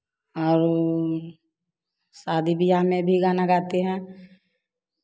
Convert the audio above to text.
और शादी विवाह में भी गाना गाते हैं